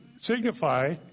signify